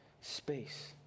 space